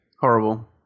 Horrible